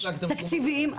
תקציביים,